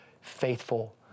faithful